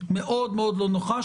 מאוד מאוד לא נוחה,